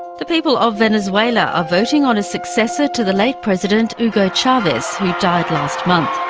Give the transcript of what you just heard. the people of venezuela are voting on a successor to the late president hugo chavez who died last month.